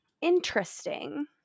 interesting